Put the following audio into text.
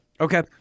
Okay